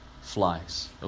Flies